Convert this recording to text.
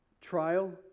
trial